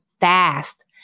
fast